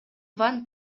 ван